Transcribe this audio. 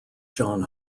john